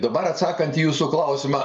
dabar atsakant į jūsų klausimą